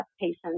patients